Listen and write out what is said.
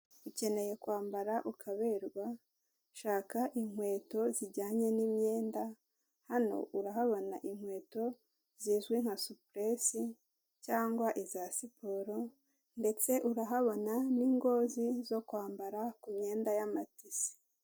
Ukeneye kwambara ukaberwa, shaka inkweto zijyanye n'imyenda, hano urahabona inkweto zizwi nka supuresi cyangwa iza siporo ndetse urahabona n'ingozi zo kwambara ku myenda y'amatisi.